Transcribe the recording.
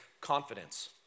confidence